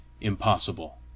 impossible